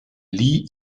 lieh